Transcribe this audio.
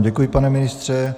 Děkuji vám, pane ministře.